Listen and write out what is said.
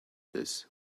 this